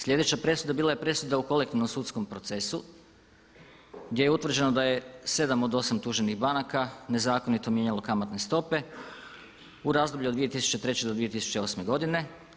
Sljedeća presuda bila je presuda u kolektivnom sudskom procesu, gdje je utvrđeno da je 7 od 8 tuženih banaka nezakonito mijenjalo kamatne stope u razdoblju od 2003. do 2008. godine.